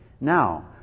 Now